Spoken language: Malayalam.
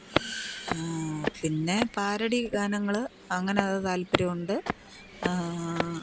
പിന്നെ പാരഡി ഗാനങ്ങൾ അങ്ങനെ അത് താല്പര്യമുണ്ട്